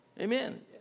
Amen